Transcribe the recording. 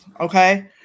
Okay